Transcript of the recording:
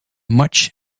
much